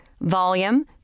volume